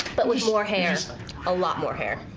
but with more hairs a lot more hair,